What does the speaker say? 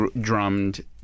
drummed